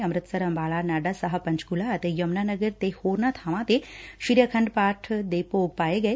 ਅੰਮਿਤਸਰ ਅੰਬਾਲਾ ਨਾਡਾ ਸਾਹਿਬ ਪੰਚਕੁਲਾ ਅਤੇ ਯਮੁਨਾਨਗਰ ਤੇ ਹੋਰਨਾਂ ਬਾਵਾਂ ਤੇ ਸ੍ਰੀ ਆਖੰਡ ਪਾਠ ਦੇ ਭੋਗ ਪਾਏ ਗਏ